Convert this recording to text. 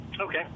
Okay